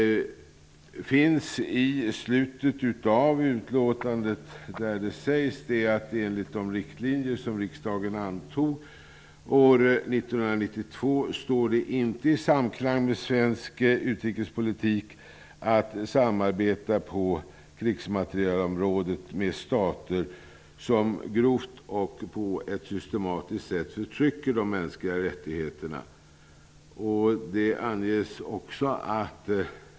I slutet av utskottets skrivning uttalas: 1992 -- står det inte i samklang med svensk utrikespolitik att samarbeta på krigsmaterielområdet med stater som grovt och på ett systematiskt sätt förtrycker de mänskliga rättigheterna.